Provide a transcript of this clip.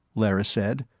lerrys said.